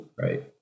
Right